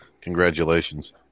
congratulations